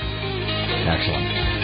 Excellent